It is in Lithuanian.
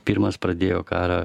pirmas pradėjo karą